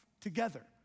Together